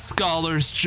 Scholar's